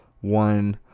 One